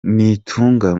nitunga